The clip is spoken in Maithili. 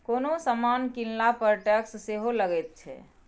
कोनो समान कीनला पर टैक्स सेहो लगैत छै